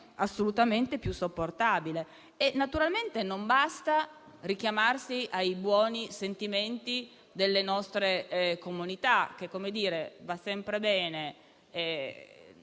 assolutamente più sopportabile. Naturalmente non basta richiamarsi ai buoni sentimenti delle nostre comunità, che va sempre bene,